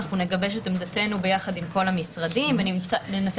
נגבש את עמדתנו יחד עם כל המשרדים וננסה